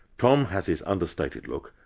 tom has his understated look,